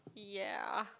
ya